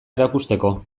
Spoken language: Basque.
erakusteko